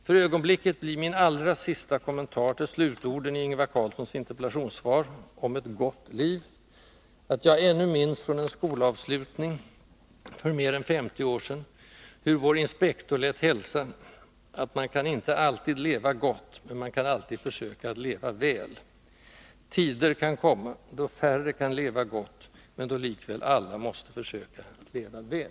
För ögonblicket blir min allra sista kommentar till slutorden i Ingvar Carlssons interpellationssvar om ”ett gott liv” att jag ännu minns — från en skolavslutning för mer än 50 år sedan — hur vår inspektor lät hälsa att ”man kan inte alltid leva gott, men man kan alltid försöka att leva väl”. Tider kan komma då färre kan leva gott men då likväl alla måste försöka leva väl.